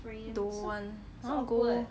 don't want I want go